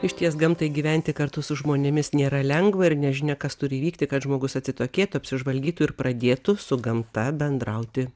išties gamtai gyventi kartu su žmonėmis nėra lengva ir nežinia kas turi įvykti kad žmogus atsitokėtų apsižvalgytų ir pradėtų su gamta bendrauti